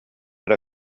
эрэ